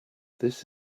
this